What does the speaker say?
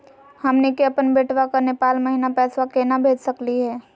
हमनी के अपन बेटवा क नेपाल महिना पैसवा केना भेज सकली हे?